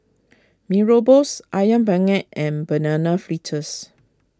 Mee Rebus Ayam Penyet and Banana Fritters